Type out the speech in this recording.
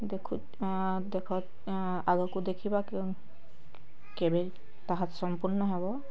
ଦେଖୁ ଦେଖ ଆଗକୁ ଦେଖିବା କେଉଁ କେବେ ତାହା ସମ୍ପୂର୍ଣ ହବ